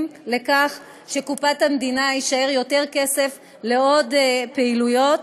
לכך שבקופת המדינה יישאר יותר כסף לעוד פעילויות.